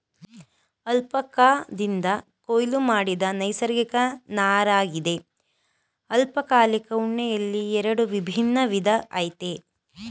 ಅಲ್ಪಕಾದಿಂದ ಕೊಯ್ಲು ಮಾಡಿದ ನೈಸರ್ಗಿಕ ನಾರಗಿದೆ ಅಲ್ಪಕಾಲಿಕ ಉಣ್ಣೆಯಲ್ಲಿ ಎರಡು ವಿಭಿನ್ನ ವಿಧ ಆಯ್ತೆ